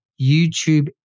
YouTube